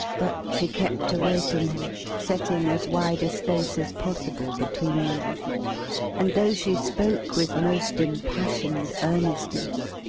but she kept away from him, setting as wide a space as possible between them and though she spoke with most impassioned earnestness,